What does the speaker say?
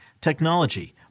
technology